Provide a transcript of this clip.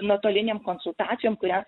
nuotolinėm konsultacijom kurias